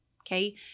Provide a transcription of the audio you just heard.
okay